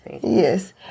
yes